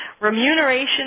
remuneration